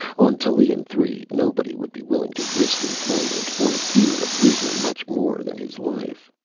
on tallien three nobody would be willing to risk employment, for fear of losing much more than his life.